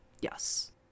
Yes